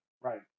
right